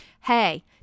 hey